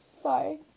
Sorry